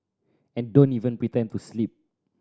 and don't even pretend to sleep